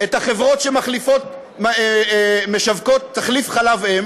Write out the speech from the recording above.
את החברות שמשווקות תחליף חלב-אם